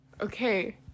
Okay